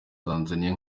tanzaniya